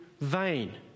vain